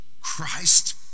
Christ